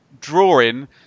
drawing